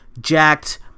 Jacked